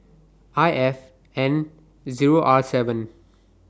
I F N Zero R seven